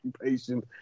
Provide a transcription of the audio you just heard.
occupation